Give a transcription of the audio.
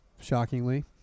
shockingly